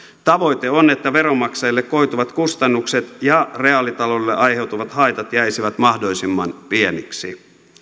tavoite on että veronmaksajille koituvat kustannukset ja reaalitaloudelle aiheutuvat haitat jäisivät mahdollisimman pieniksi